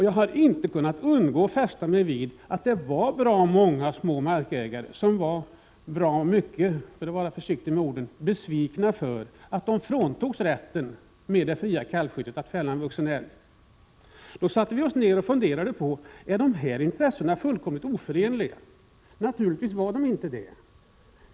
Jag har inte kunnat undgå att fästa mig vid att det fanns en hel del mindre markägare som —- för att nu vara försiktig med orden — var mycket besvikna över att bli Vi satte oss därför ned och funderade på om dessa intressen är fullkomligt oförenliga. Naturligtvis var de inte det.